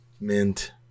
mint